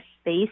space